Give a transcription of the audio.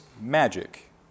magic